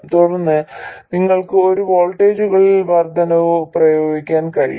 തുടർന്ന് നിങ്ങൾക്ക് ഈ വോൾട്ടേജുകളിൽ വർദ്ധനവ് പ്രയോഗിക്കാൻ കഴിയും